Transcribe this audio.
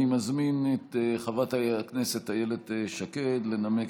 אני מזמין את חברת הכנסת איילת שקד לנמק